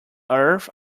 earth